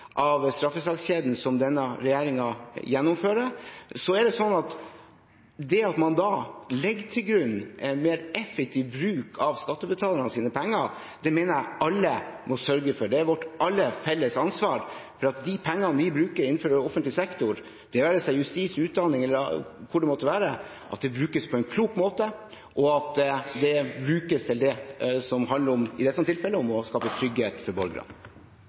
og straffesakskjeden som denne regjeringen gjennomfører. At man da legger til grunn en mer effektiv bruk av skattebetalernes penger, mener jeg er noe som alle må sørge for. Det er vårt felles ansvar at de pengene vi bruker innenfor offentlig sektor, det være seg i justissektoren, utdanningssektoren eller hvor det måtte være, brukes på en klok måte, og at de brukes til det som de skal – i dette tilfellet å skape trygghet for borgerne.